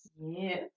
Yes